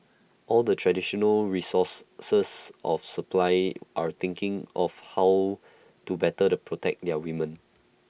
all the traditional resource source of supply are thinking of how to better A protect their women